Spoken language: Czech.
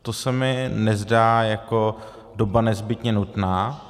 To se mi nezdá jako doba nezbytně nutná.